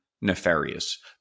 nefarious